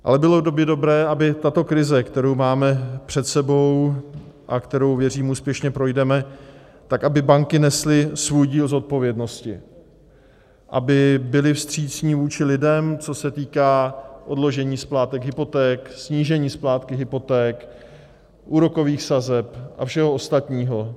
Ale bylo by dobré, aby tato krize, kterou máme před sebou a kterou, věřím, úspěšně projdeme, tak aby banky nesly svůj díl zodpovědnosti, aby byly vstřícné vůči lidem, co se týká odložení splátek hypoték, snížení splátky hypoték, úrokových sazeb a všeho ostatního.